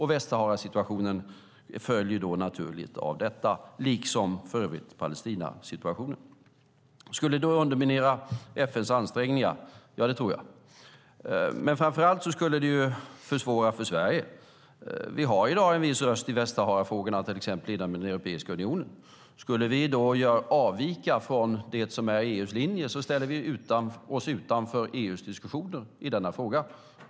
Västsaharasituationen följer naturligt av detta liksom för övrigt Palestinasituationen. Skulle ett erkännande underminera FN:s ansträngningar? Ja, det tror jag. Men framför allt skulle det försvåra för Sverige. Vi har i dag till exempel inom Europeiska unionen en viss röst i Västsaharafrågorna. Skulle vi då avvika från det som är EU:s linje ställer vi oss utanför EU:s diskussioner i denna fråga.